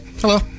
Hello